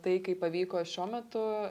tai kaip pavyko šiuo metu